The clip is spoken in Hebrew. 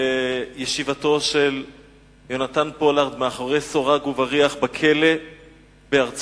לישיבתו של יונתן פולארד מאחורי סורג ובריח בכלא בארצות-הברית.